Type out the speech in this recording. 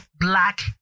black